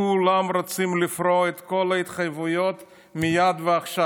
כולם רוצים לפרוע את כל ההתחייבויות מייד ועכשיו.